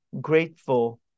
grateful